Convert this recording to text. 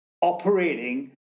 operating